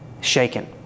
shaken